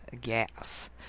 gas